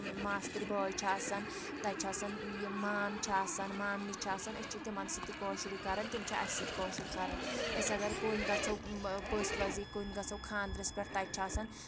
ماستٕر بٲے چھِ آسان تَتہِ چھِ آسان یِم مام چھِ آسان مامنہِ چھِ آسان أسۍ چھِ تِمَن سۭتۍ تہِ کٲشُرے کَران تِم چھِ اَسہِ سۭتۍ کٲشُر کَران أسۍ اَگر کُن گژھو